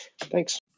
Thanks